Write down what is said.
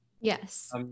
Yes